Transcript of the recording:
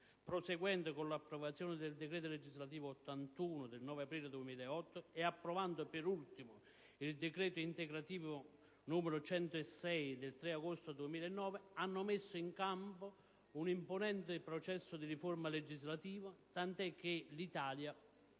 proseguendo con l'approvazione del decreto legislativo 9 aprile 2008, n. 81, e approvando per ultimo il decreto integrativo e correttivo 3 agosto 2009, n. 106, hanno messo in campo un imponente processo di riforma legislativa, tant'è che l'Italia